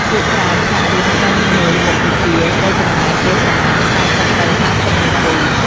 ភាគច្រើន ថ្នាក់រៀនក្នុងមួយមុខវិជ្ជាត្រូវចំណាយពេលប្រមាណ ៤០ទៅ៥០នាទី។